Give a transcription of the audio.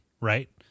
Right